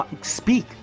speak